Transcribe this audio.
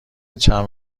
چند